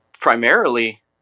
Primarily